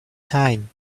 time